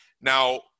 Now